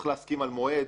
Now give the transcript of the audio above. צריך להסכים על מועד,